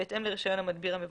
בהתאם לרישיון המדביר המבוקש.